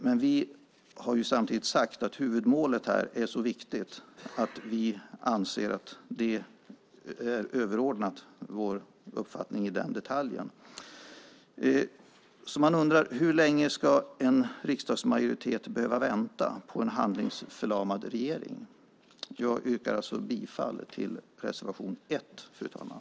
Men vi har samtidigt sagt att huvudmålet här är så viktigt att vi anser att det är överordnat vår uppfattning om den detaljen. Man undrar: Hur länge ska en riksdagsmajoritet behöva vänta på en handlingsförlamad regering? Jag yrkar bifall till reservation 1, fru talman.